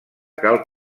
cal